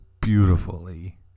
beautifully